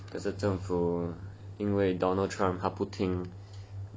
就是政府因为 donald trump 他不要听